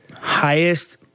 highest